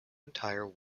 entire